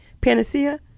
panacea